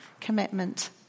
commitment